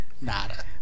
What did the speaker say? Nada